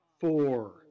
four